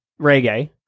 reggae